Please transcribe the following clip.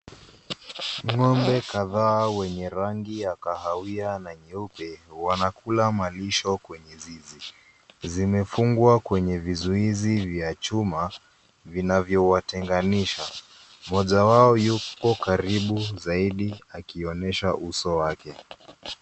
Ng'ombe kadhaa wenye rangi ya kahawia na nyeupe, wanakula malisho kwenye zizi. Zimefungwa kwenye vizuizi vya chuma, vinavyowatenganisha. Mmoja wao yuko karibu zaidi, akionyesha uso wake.